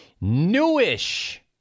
Newish